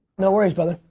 no worries, brother.